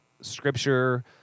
Scripture